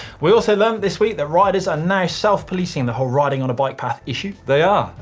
we also learned this week that riders are now self-policing the whole riding on a bike path issue. they are.